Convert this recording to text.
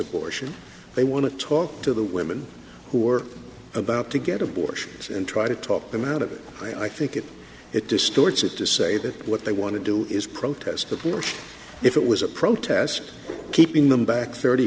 abortion they want to talk to the women who are about to get abortions and try to talk them out of it i think if it distorts it to say that what they want to do is protest abortion if it was a protest keeping them back thirty